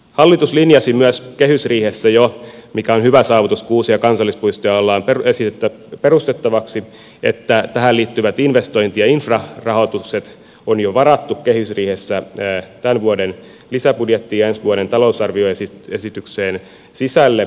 hallitus linjasi jo kehysriihessä mikä on hyvä saavutus kun uusia kansallispuistoja on esitetty perustettavaksi että tähän liittyvät investointi ja infrarahoitukset on jo varattu kehysriihessä tämän vuoden lisäbudjettiin ja ensi vuoden talousarvioesitykseen sisälle